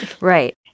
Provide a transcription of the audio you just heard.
Right